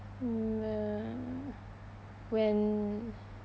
mm ya when